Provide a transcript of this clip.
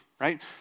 right